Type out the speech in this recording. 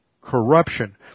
corruption